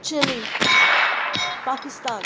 Chile Pakistan